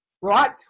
right